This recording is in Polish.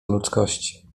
ludzkości